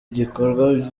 gikorwa